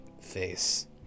face